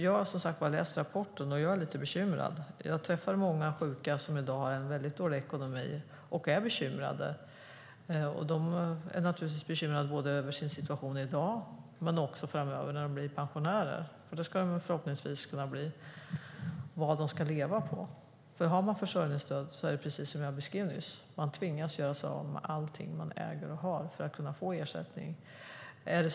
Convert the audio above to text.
Jag har läst rapporten, och jag är lite bekymrad. Jag träffar många sjuka som har en väldigt dålig ekonomi och som är bekymrade. De är naturligtvis bekymrade över sin situation i dag och över sin situation framöver när de blir pensionärer, för det ska de förhoppningsvis kunna bli. Vad ska de leva på? Har man försörjningsstöd tvingas man, precis som jag nyss beskrev, göra sig av med allting man äger och har för att kunna få ersättning.